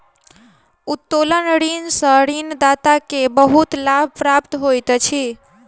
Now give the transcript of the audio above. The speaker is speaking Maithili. उत्तोलन ऋण सॅ ऋणदाता के बहुत लाभ प्राप्त होइत अछि